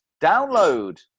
download